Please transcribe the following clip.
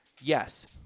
Yes